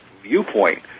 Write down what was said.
Viewpoint